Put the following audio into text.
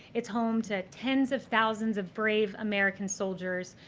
it's home to tens of thousands of brave american soldiers,